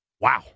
Wow